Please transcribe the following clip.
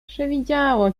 przywidziało